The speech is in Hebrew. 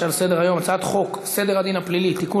גם סגן השר חבר הכנסת ז'קי לוי וחברת הכנסת אורלי לוי אבקסיס,